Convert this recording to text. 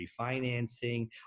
refinancing